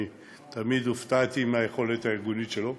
אני תמיד הופתעתי מהיכולת הארגונית שלו.